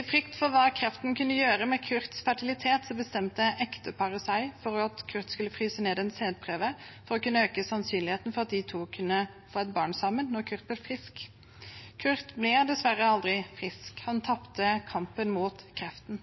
I frykt for hva kreften kunne gjøre med Kurts fertilitet, bestemte ekteparet at Kurt skulle fryse ned en sædprøve for å kunne øke sannsynligheten for at de to kunne få et barn sammen når Kurt ble frisk. Kurt ble dessverre aldri frisk. Han tapte kampen mot kreften.